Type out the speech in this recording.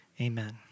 Amen